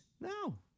no